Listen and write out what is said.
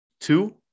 Two